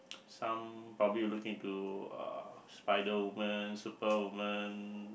some probably you looking to uh Spider Woman superwoman